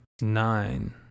nine